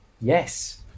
Yes